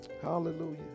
Hallelujah